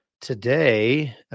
today